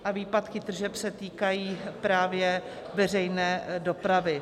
A výpadky tržeb se týkají právě veřejné dopravy.